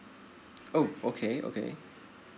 oh okay okay